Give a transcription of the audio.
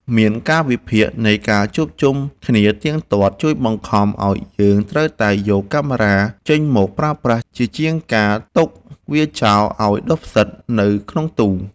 មានកាលវិភាគនៃការជួបជុំគ្នាទៀងទាត់ជួយបង្ខំឱ្យយើងត្រូវតែយកកាមេរ៉ាចេញមកប្រើប្រាស់ជាជាងការទុកវាចោលឱ្យដុះផ្សិតនៅក្នុងទូ។